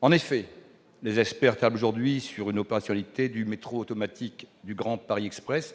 En effet, les experts ne tablent aujourd'hui sur une opérationnalité du métro automatique du Grand Paris Express